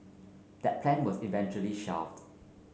that plan was eventually shelved